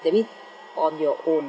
that mean on your own